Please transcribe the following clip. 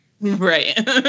right